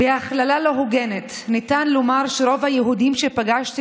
"בהכללה לא הוגנת ניתן לומר שרוב היהודים שפגשתי